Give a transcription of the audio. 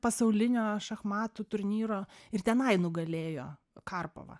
pasaulinio šachmatų turnyro ir tenai nugalėjo karpovą